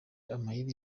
amayeri